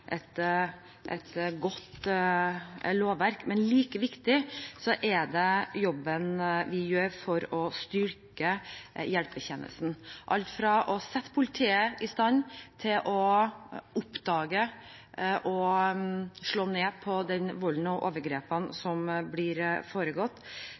et godt lovverk, men like viktig er den jobben vi gjør for å styrke hjelpetjenesten – som å sette politiet i stand til å oppdage og slå ned på volden og overgrepene